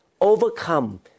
overcome